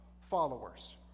followers